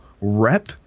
rep